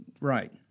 right